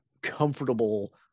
comfortable